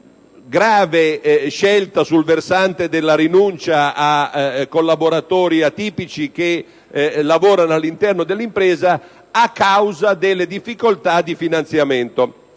gravi scelte sul versante della rinuncia a collaboratori atipici che lavorano all'interno dell'impresa a causa delle difficoltà di finanziamento